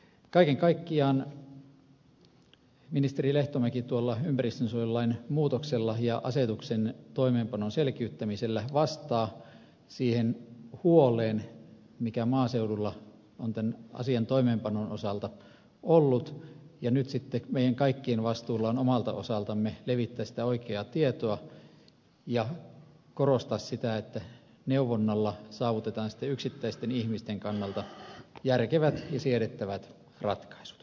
kaiken kaikkiaan ministeri lehtomäki ympäristönsuojelulain muutoksella ja asetuksen toimeenpanon selkiyttämisellä vastaa siihen huoleen mikä maaseudulla on tämän asian toimeenpanon osalta ollut ja nyt meidän kaikkien vastuulla on omalta osaltamme levittää sitä oikeaa tietoa ja korostaa sitä että neuvonnalla saavutetaan yksittäisten ihmisten kannalta järkevät ja siedettävät ratkaisut